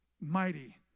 mighty